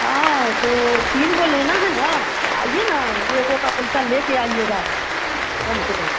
हाँ तो तीन गो लेना है ना तो आइए ना एगो का पैसा ले कर आइएगा कम से कम